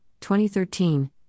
2013